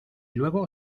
luego